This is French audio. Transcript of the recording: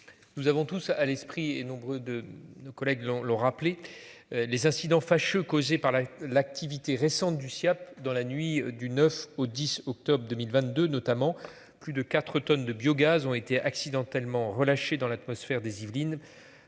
Nous avons tous à l'esprit et nombre de nos collègues le rappeler. Les incidents fâcheux causé par la l'activité récente du Siaap dans la nuit du 9 au 10 octobre 2022, notamment plus de 4 tonnes de biogaz ont été accidentellement relâché dans l'atmosphère des Yvelines